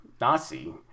Nazi